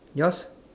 yours